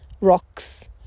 rocks